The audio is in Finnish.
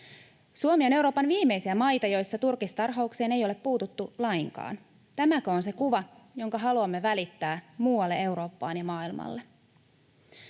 Suomi on Euroopan viimeisiä maita, joissa turkistarhaukseen ei ole puututtu lainkaan. Tämäkö on se kuva, jonka haluamme välittää muualle Eurooppaan ja maailmalle?